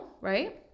right